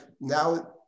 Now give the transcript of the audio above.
now